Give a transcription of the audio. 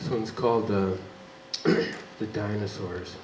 this one's called the dinosaurs